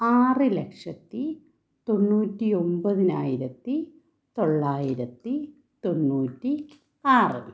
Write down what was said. ആറ് ലക്ഷത്തി തൊണ്ണൂറ്റി ഒന്പതിനായിരത്തി തൊള്ളായിരത്തി തൊണ്ണൂറ്റി ആറ്